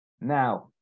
Now